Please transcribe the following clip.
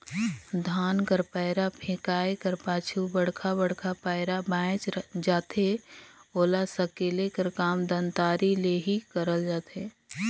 धान कर पैरा फेकाए कर पाछू बड़खा बड़खा पैरा बाएच जाथे ओला सकेले कर काम दँतारी ले ही करल जाथे